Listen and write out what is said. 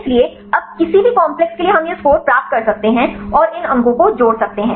इसलिए अब किसी भी काम्प्लेक्स के लिए हम यह स्कोर प्राप्त कर सकते हैं और इन अंकों को जोड़ सकते हैं